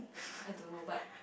I don't know but